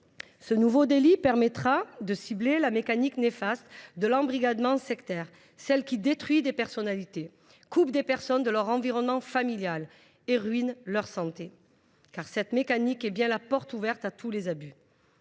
Ce nouveau délit permettra de cibler la mécanique néfaste de l’embrigadement sectaire, celle qui détruit des personnalités, isole des individus de leur environnement familial et ruine leur santé. Cette mécanique est bien la porte ouverte à tous les abus.